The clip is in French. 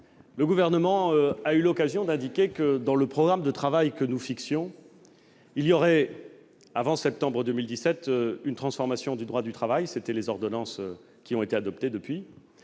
le Gouvernement a eu l'occasion d'indiquer que le programme de travail que nous nous fixions comporterait, avant septembre 2017, une transformation du droit du travail- les ordonnances ont été adoptées depuis